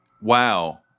Wow